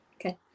Okay